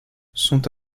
sont